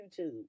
youtube